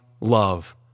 love